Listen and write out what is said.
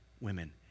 women